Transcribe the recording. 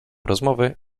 rozmowy